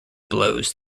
blows